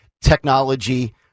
technology